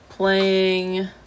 Playing